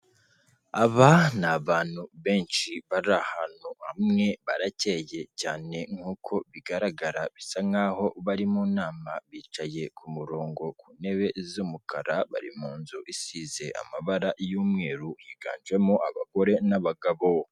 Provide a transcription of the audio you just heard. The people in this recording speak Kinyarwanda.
Aba ni abantu benshi bari ahantu hamwe, baracyeye cyane nk'uko bigaragara, bisa nkaho bari mu nama, bicaye ku murongo ku ntebe z'umukara, bari mu nzu isize amabara y'umweru higanjemo abagore n'abagabo.